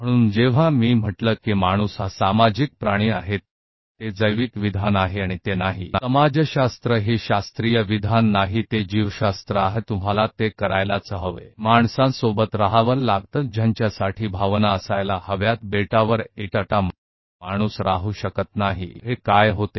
इसलिए जब मैंने कहा कि मनुष्य एक सामाजिक प्राणी है एक जैविक कथन है और यह कोई समाज शास्त्रीय कथन नहीं है यह जीव विज्ञान है आपको पहले से फोर्स किया जाता है कि आपको अन्य मनुष्यों के साथ रहना होगा जिनके लिए आप में भावनाएं होनी चाहिए कोई भी मनुष्य एक द्वीप में अकेला नहीं रह सकता हैं तो इससे आगे क्या कहा जाए